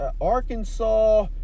Arkansas